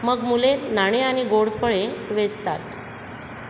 मग मुले नाणे आणि गोड फळे वेचतात